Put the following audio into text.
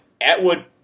Atwood